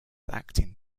acting